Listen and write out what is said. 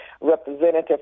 representative